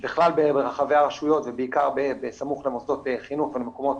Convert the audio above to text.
בכלל ברחבי הרשויות ובעיקר בסמוך למוסדות חינוך ולמקומות